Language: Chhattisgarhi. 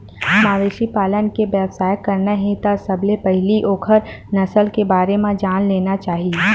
मवेशी पालन के बेवसाय करना हे त सबले पहिली ओखर नसल के बारे म जान लेना चाही